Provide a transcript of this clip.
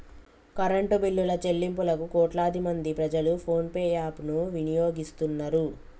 current బిల్లుల చెల్లింపులకు కోట్లాది మంది ప్రజలు ఫోన్ పే యాప్ ను వినియోగిస్తున్నరు